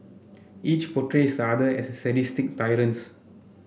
each portrays the other as sadistic tyrants